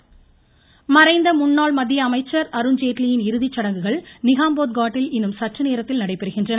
அருண்ஜேட்லி மறைந்த முன்னாள் மத்திய அமைச்சர் அருண்ஜேட்லியின் இறுதிச்சடங்குகள் நிகம்போத் காட் டில் இன்னும் சற்றுநேரத்தில் நடைபெறுகின்றன